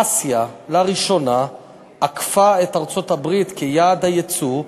אסיה עקפה את ארצות-הברית לראשונה כיעד היצוא,